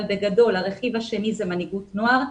בגדול הרכיב השני הוא מנהיגות נוער.